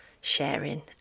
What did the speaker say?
sharing